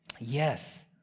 yes